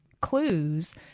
clues